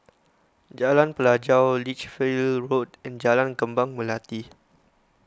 Jalan Pelajau Lichfield Road and Jalan Kembang Melati